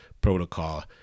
protocol